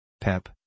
PEP